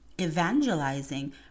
evangelizing